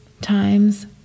times